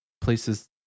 places